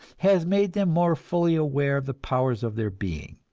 has made them more fully aware of the powers of their being.